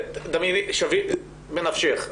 שווי בנפשך,